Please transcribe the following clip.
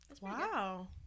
Wow